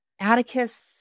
atticus